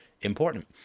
important